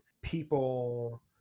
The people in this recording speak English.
people